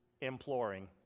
imploring